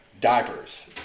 Diapers